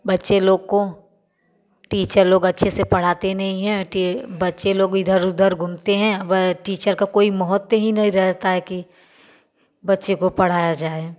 बच्चे लोग को टीचर लोग अच्छे से पढ़ाते नहीं हैं तो बच्चे लोग इधर उधर घूमते हैं वह टीचर का कोई महत्व ही नहीं रहता है कि बच्चे को पढ़ाया जाए